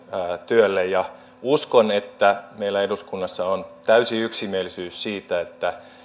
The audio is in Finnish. työlle uskon että meillä eduskunnassa on täysi yksimielisyys siitä että